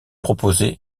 proposés